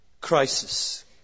crisis